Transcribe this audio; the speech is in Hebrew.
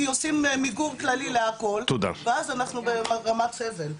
כי עושים מיגור כללי להכול ואז אנחנו במגמת סבל.